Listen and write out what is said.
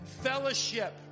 fellowship